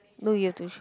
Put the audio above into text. no you have to sh~